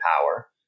power